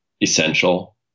essential